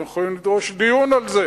אתם יכולים לדרוש דיון על זה.